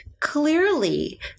clearly